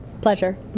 pleasure